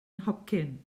nhocyn